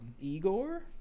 Igor